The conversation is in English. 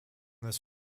this